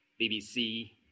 BBC